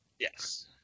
Yes